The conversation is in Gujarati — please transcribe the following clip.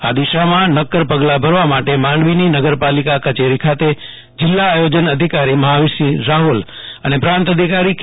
આ દિશામાં નક્કર પગલાં ભરવા માટે માંડવીની નગર પાલિકા કચેરી ખાતે જિલ્લા આયોજન અધિકારી મહાવીરસિંહ રાહોલ અને પ્રાંત અધિકારી કે